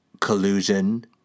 collusion